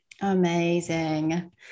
Amazing